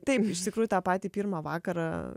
taip iš tikrųjų tą patį pirmą vakarą